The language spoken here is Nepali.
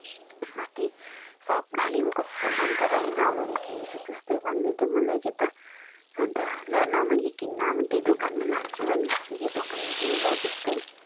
माथि स्वप्नाले पनि कस्तो मनपरायो होइन म पनि किन्छु त्यस्तै भन्दै थियो मलाई के त अन्त ल न मैले किन्न म त्यही दोकानमा लान्छु भनेको छु कि तँ पनि किन ल त्यस्तै